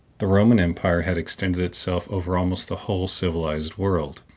the roman empire had extended itself over almost the whole civilized world.